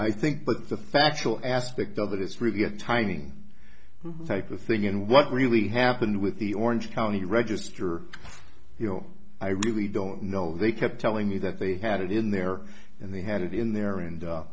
i think but the factual aspect of it it's really a timing type of thing and what really happened with the orange county register you know i really don't know they kept telling me that they had it in there and they had it in their end